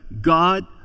God